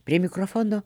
prie mikrofono